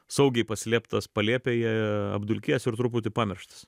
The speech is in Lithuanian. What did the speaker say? saugiai paslėptas palėpėje apdulkėjęs ir truputį pamirštas